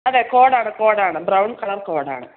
അതെ കോഡാണ് കോഡാണ് ബ്രൗൺ കളർ കോഡാണ്